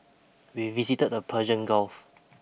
we visited the Persian Gulf